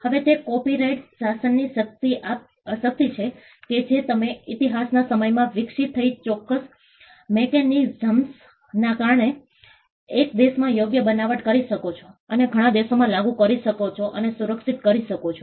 હવે તે કોપિરાઇટ શાસનની શક્તિ છે કે જે તમે ઇતિહાસના સમયમાં વિકસિત થતી ચોક્કસ મિકેનિઝમ્સના કારણે એક દેશમાં યોગ્ય બનાવટ કરી શકે છે અને ઘણા દેશોમાં લાગુ કરી શકો છો અને સુરક્ષિત કરી શકો છો